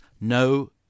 no